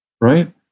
right